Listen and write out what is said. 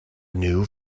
new